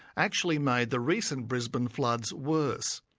actually made the recent brisbane floods worse.